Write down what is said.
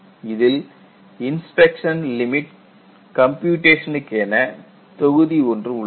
இதில் inspection limit கம்ப்யூட்டேஷனுக்கு என தொகுதி ஒன்று உள்ளது